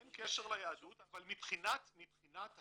אין קשר ליהדות, אבל מבחינת התהליך,